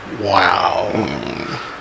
wow